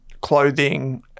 clothing